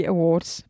Awards